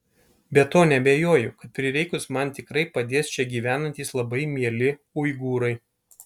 be to neabejoju kad prireikus man tikrai padės čia gyvenantys labai mieli uigūrai